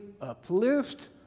uplift